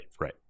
right